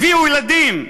הביאו ילדים.